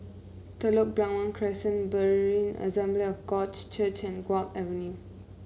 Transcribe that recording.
Telok Blangah Crescent Berean Assembly of God Church and Guok Avenue